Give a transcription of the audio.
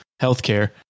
healthcare